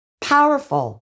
powerful